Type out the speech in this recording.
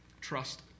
Trust